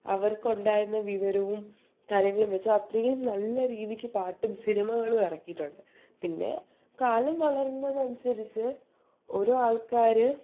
അവർക്കുണ്ടായിരുന്ന വിവരവും കാര്യങ്ങളും വച്ച് അത്രയും നല്ല രീതിക്ക് പാട്ടും സിനിമകളും ഇറക്കിയിട്ടുണ്ട് പിന്നെ കാലം വളരുന്നത് അനുസരിച്ച് ഓരോ ആൾക്കാർ